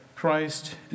Christ